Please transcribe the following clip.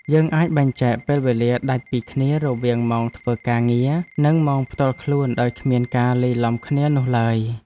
យើងអាចបែងចែកពេលវេលាដាច់ពីគ្នារវាងម៉ោងធ្វើការងារ និងម៉ោងផ្ទាល់ខ្លួនដោយគ្មានការលាយឡំគ្នានោះឡើយ។